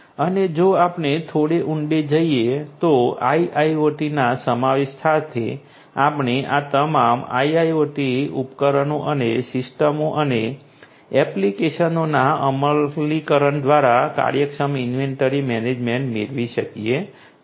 અને જો આપણે થોડે ઊંડે જઈએ તો IIoT ના સમાવેશ સાથે આપણે આ તમામ IIoT ઉપકરણો અને સિસ્ટમો અને એપ્લિકેશનોના અમલીકરણ દ્વારા કાર્યક્ષમ ઇન્વેન્ટરી મેનેજમેન્ટ મેળવી શકીએ છીએ